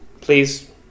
Please